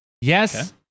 Yes